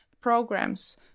programs